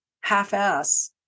half-ass